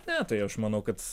ne tai aš manau kad